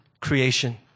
creation